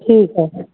ठीकु आहे